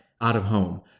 out-of-home